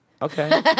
Okay